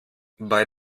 bei